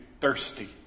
thirsty